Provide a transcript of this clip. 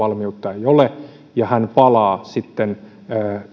jatko opintovalmiutta ei ole ja hän palaa sitten